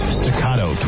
staccato